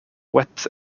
wet